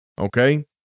okay